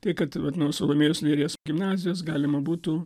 tai kad vat nuo salomėjos nėries gimnazijos galima būtų